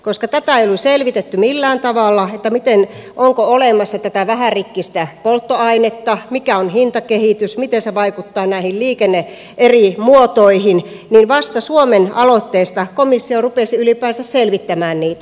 koska tätä ei ollut selvitetty millään tavalla onko olemassa tätä vähärikkistä polttoainetta mikä on hintakehitys miten se vaikuttaa näihin eri liikennemuotoihin niin vasta suomen aloitteesta komissio rupesi ylipäänsä selvittämään niitä